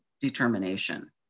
determination